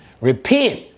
Repent